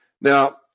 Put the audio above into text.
Now